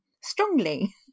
strongly